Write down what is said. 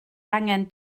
angen